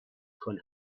کنم